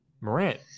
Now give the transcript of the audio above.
Morant